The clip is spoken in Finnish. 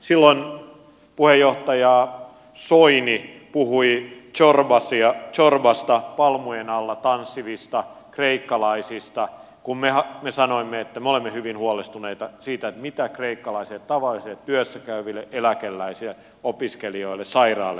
silloin puheenjohtaja soini puhui zorbasta palmujen alla tanssivista kreikkalaisista kun me sanoimme että me olemme hyvin huolestuneita siitä miten tavallisille kreikkalaisille työssä käyville eläkeläisille opiskelijoille ja sairaille käy